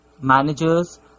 managers